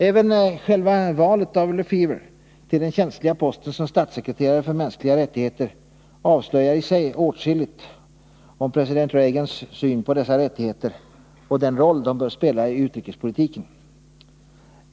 Även själva valet av Lefever till den känsliga posten som statssekreterare för mänskliga rättigheter avslöjar i sig åtskilligt om president Reagans syn på dessa rättigheter och den roll de bör spela i utrikespolitiken.